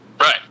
Right